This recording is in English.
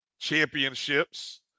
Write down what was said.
championships